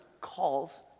calls